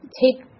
take